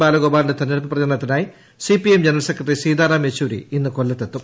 ബാലഗോപാലിന്റെ തെരഞ്ഞെടുപ്പ് പ്രചരണത്തിനായി CPI general secretary Sitaram Yechury ഇന്ന് എം കൊല്ലത്തെത്തും